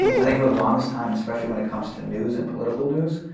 i think for the longest time, especially when it comes to news and political news,